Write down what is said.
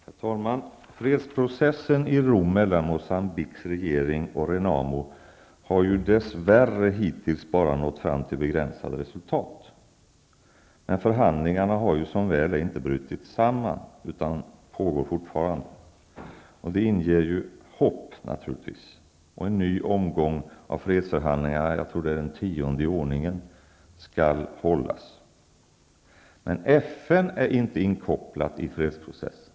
Herr talman! Fredsprocessen i Rom mellan Moçambiques regering och Renamo har dess värre hittills bara nått fram till begränsade resultat, men förhandlingarna har som väl är inte brutit samman utan pågår fortfarande. Detta inger naturligtvis hopp. En ny omgång av fredsförhandlingarna -- jag tror att det blir den tionde i ordningen -- skall hållas. FN är emellertid inte inkopplat i fredsprocessen.